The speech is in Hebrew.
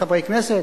חברי כנסת,